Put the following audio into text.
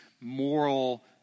moral